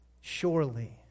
Surely